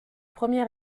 premier